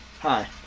Hi